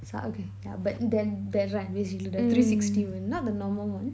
ah okay yeah but then that ride basically the three sixty one not the normal one